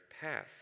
path